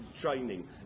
training